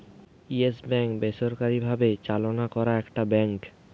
yes Bank বেসরকারি ভাবে চালনা করা একটা ব্যাঙ্ক